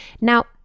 Now